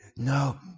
No